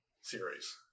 series